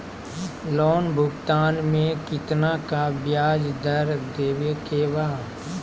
Loan भुगतान में कितना का ब्याज दर देवें के बा?